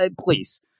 please